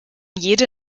jede